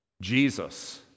Jesus